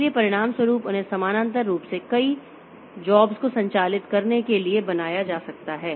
इसलिए परिणामस्वरूप उन्हें समानांतर रूप से कई नौकरियों को संचालित करने के लिए बनाया जा सकता है